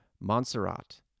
Montserrat